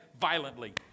violently